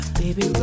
baby